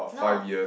no